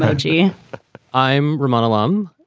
so g i'm ramona lamb.